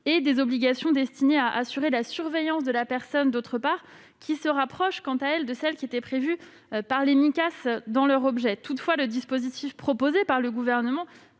des obligations destinées à assurer la surveillance de la personne, qui se rapprochent de celles qui étaient prévues par les Micas dans leur objet. Toutefois, le dispositif proposé par le Gouvernement